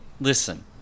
listen